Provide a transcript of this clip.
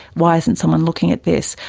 why isn't someone looking at this?